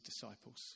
disciples